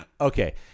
okay